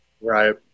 Right